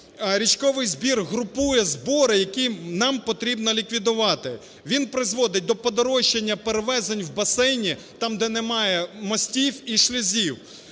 Річковий збір групує збори, які нам потрібно ліквідувати, він призводить до подорожчання перевезень в басейні, там, де немає мостів і шлюзів.